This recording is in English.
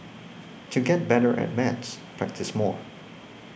to get better at maths practise more